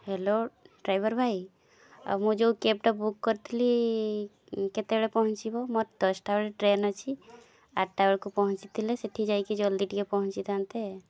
hello driver ଭାଇ ଆଉ ମୁଁ ଯେଉଁ କ୍ୟାବଟା ବୁକ୍ କରିଥିଲି କେତେବେଳେ ପହଞ୍ଚିବ ମୋର ଦଶଟା ବେଳେ ଟ୍ରେନ୍ ଅଛି ଆଠଟା ବେଳକୁ ପହଞ୍ଚିଥିଲେ ସେଇଠି ଯାଇକି ଜଲ୍ଦି ଟିକେ ପହଞ୍ଚିଥାନ୍ତେ